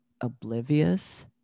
oblivious